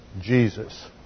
Jesus